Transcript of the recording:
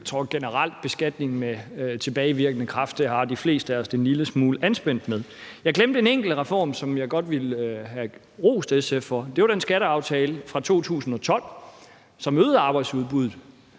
Jeg tror generelt, at beskatning med tilbagevirkende kraft har de fleste af os det en lille smule anspændt med. Jeg glemte en enkelt reform, som jeg godt ville have rost SF for. Det var den skatteaftale fra 2012, som øgede arbejdsudbuddet.